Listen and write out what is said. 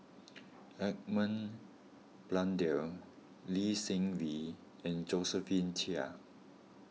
Edmund Blundell Lee Seng Wee and Josephine Chia